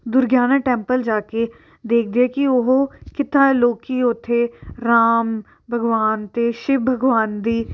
Durgiana temple ਜਾ ਕੇ ਦੇਖਦੇ ਆ ਕਿ ਉਹ ਕਿੱਦਾਂ ਲੋਕ ਉੱਥੇ ਰਾਮ ਭਗਵਾਨ ਅਤੇ ਸ਼ਿਵ ਭਗਵਾਨ ਦੀ